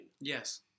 Yes